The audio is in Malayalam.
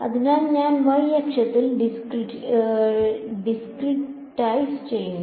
അതിനാൽ ഞാൻ y അക്ഷത്തിൽ ഡിസ്ക്രിറ്റൈസ് ചെയ്യണം